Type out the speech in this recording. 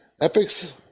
Epic's